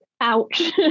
ouch